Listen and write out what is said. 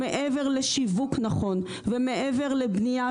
שמעבר לשיווק נכון ומעבר לבנייה,